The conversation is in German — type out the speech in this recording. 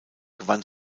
gewann